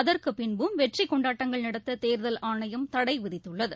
அகற்குபின்பும் வெற்றிகொண்டாட்டங்கள் நடத்ததேர்தல் ஆணையம் தடைவிதித்துள்ளது